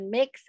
Mix